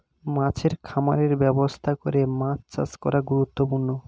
মাছের খামারের ব্যবস্থা করে মাছ চাষ করা গুরুত্বপূর্ণ